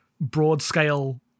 broad-scale